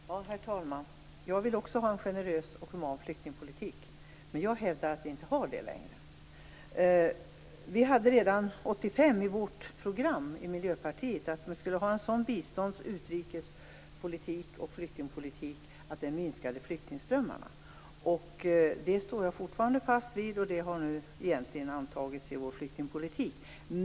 Herr talman! Jag vill också ha en generös och human flyktingpolitik. Men jag hävdar att vi inte har det längre. Redan 1985 hade vi i Miljöpartiet i vårt program att vi skulle ha en sådan bistånds-, utrikes och flyktingpolitik att den minskade flyktingströmmarna. Jag står fortfarande fast vid detta, och det har nu egentligen antagits i vår flyktingpolitik.